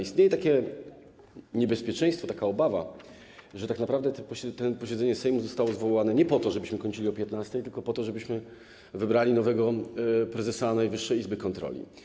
Istnieje takie niebezpieczeństwo, taka obawa, że tak naprawdę to posiedzenie Sejmu zostało zwołane nie po to, żebyśmy kończyli o godz. 15, tylko po to, żebyśmy wybrali nowego prezesa Najwyższej Izby Kontroli.